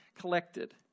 collected